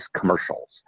commercials